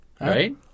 right